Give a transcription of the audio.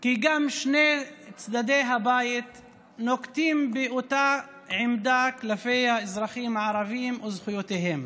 כי שני צידי הבית נוקטים אותה עמדה כלפי האזרחים הערבים וזכויותיהם